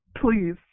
Please